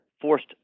Forced